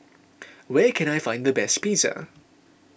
where can I find the best Pizza